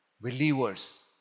believers